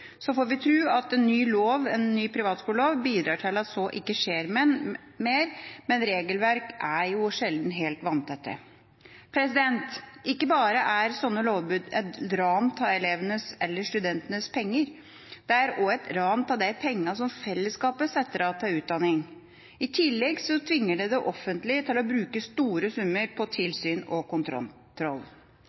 så ikke skjer mer, men regelverk er jo sjelden helt vanntette. Slike lovbrudd er ikke bare et ran av elevenes eller studentenes penger. De er også et ran av pengene som fellesskapet setter av til utdanning. I tillegg tvinges det offentlige til å sette av store summer til tilsyn og